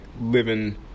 living